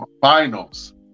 finals